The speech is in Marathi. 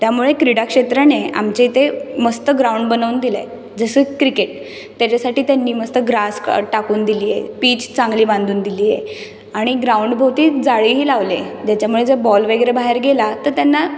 त्यामुळे क्रीडाक्षेत्राने आमच्या इथे मस्त ग्राउंड बनवून दिलं आहे जसं क्रिकेट त्याच्यासाठी त्यांनी मस्त ग्रास टाकून दिली आहे पीच चांगली बांधून दिली आहे आणि ग्राउंडभोवती जाळी ही लावली आहे ज्याच्यामुळे जर बॉल वगैरे बाहेर गेला तर त्यांना